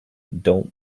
don’t